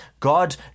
God